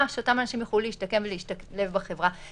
שאותם אנשים יוכלו להשתקם ולהשתלב בחברה.